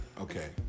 okay